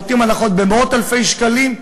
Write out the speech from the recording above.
ונותנים הנחות במאות אלפי שקלים,